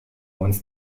uns